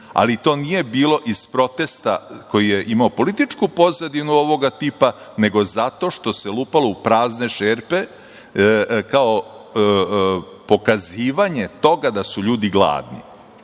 ali to nije bilo iz protesta koji je imao političku pozadinu ovoga tipa, nego zato što se lupalo u prazne šerpe kao pokazivanje toga da su ljudi gladni. Ja